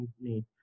need